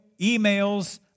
emails